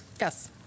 Yes